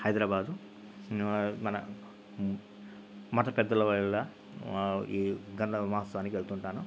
హైదరాబాదు మన మతపెద్దల వాళ్ళ ఈ గంధమాసానికి వెళ్తుంటాను